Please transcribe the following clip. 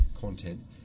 content